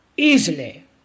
easily